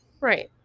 Right